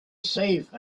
safe